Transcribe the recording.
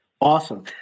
Awesome